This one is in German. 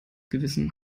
gewissen